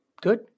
good